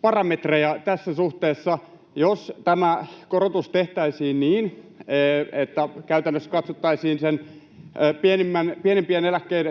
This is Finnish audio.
parametreja tässä suhteessa. Jos tämä korotus tehtäisiin niin, että käytännössä katsottaisiin pienimpien